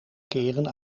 keren